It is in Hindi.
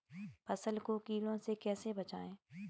फसल को कीड़ों से कैसे बचाएँ?